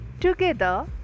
Together